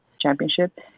Championship